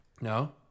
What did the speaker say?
No